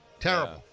Terrible